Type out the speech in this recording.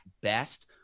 best